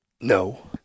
no